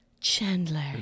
Chandler